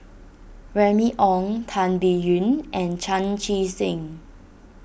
Remy Ong Tan Biyun and Chan Chee Seng